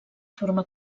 forma